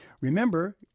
remember